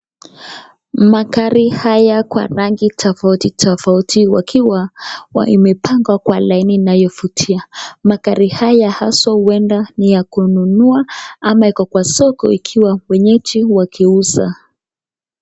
Magari haya kwa rangi tofauti tofauti wakiwa imepangwa kwa laini inayovutia. Magari haya haswa huenda ni ya kununua ama iko kwa soko ikiwa wenyeji wakiuza.